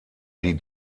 die